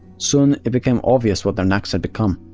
soon it became obvious what their knacks had become.